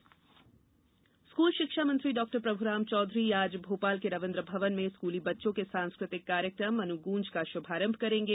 अनुगॅ ज स्कूल शिक्षा मंत्री डॉ प्रभ्राम चौधरी आज भोपाल के रविन्द्र भवन में स्कूली बच्चों के सांस्कृतिक कार्यक्रम अनुगूँज का शुभारंभ करेंगे